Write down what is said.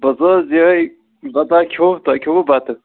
بَس حظ یِہوٚے بَتَہ کھیوٚو تۄہہِ کھیوٚوُ بَتہٕ